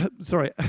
sorry